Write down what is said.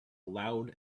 loud